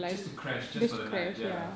just to crash just for the nightya